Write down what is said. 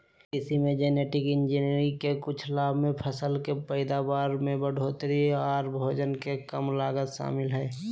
कृषि मे genetic engineering के कुछ लाभ मे फसल के पैदावार में बढ़ोतरी आर भोजन के कम लागत शामिल हय